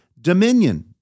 dominion